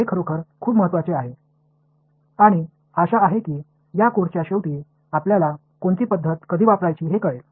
हे खरोखर खूप महत्वाचे आहे आणि आशा आहे की या कोर्सच्या शेवटी आपल्याला कोणती पद्धत कधी वापरायची हे कळेल